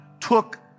took